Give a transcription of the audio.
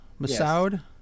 Masoud